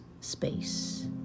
space